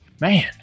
Man